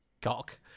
cock